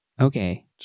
Okay